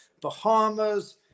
Bahamas